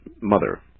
mother